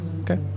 okay